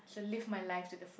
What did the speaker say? so live my life to the fullest